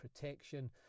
protection